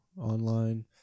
online